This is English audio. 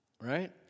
Right